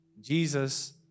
Jesus